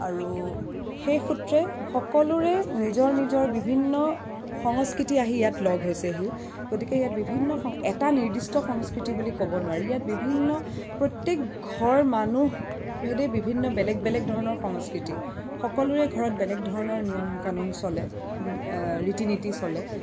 আৰু সেই সূত্ৰে সকলোৰে নিজৰ নিজৰ বিভিন্ন সংস্কৃতি আহি ইয়াত লগ হৈছেহি গতিকে ইয়াত বিভিন্ন এটা নিৰ্দিষ্ট সংস্কৃতি বুলি ক'ব নোৱাৰি ইয়াত বিভিন্ন প্ৰত্যেক ঘৰ মানুহ ভেদে বিভিন্ন বেলেগ বেলেগ ধৰণৰ সংস্কৃতি সকলোৰে ঘৰত বেলেগ ধৰণৰ নিয়ম কানুন চলে ৰীতি নীতি চলে